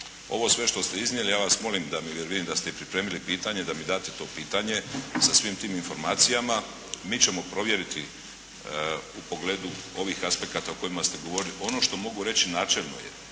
ovo sve što ste iznijeli ja vas molim da mi jer vidim da ste i pripremili to pitanje da mi date to pitanje sa svim tim informacijama. Mi ćemo provjeriti u pogledu ovih aspekata o kojima ste govorili. Ono što mogu reći načelno je